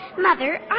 Mother